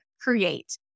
create